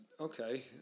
Okay